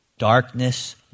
Darkness